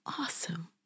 awesome